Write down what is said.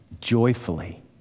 joyfully